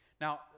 now